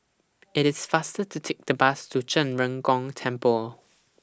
IT IS faster to Take The Bus to Zhen Ren Gong Temple